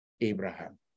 Abraham